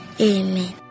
Amen